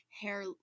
hair